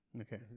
Okay